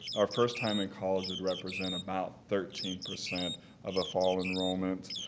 our first time in college would represent about thirteen percent of a fall enrollment.